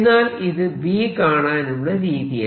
എന്നാൽ ഇത് B കാണാനുള്ള രീതിയല്ല